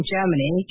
Germany